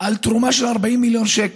על תרומה של 40 מיליון שקל.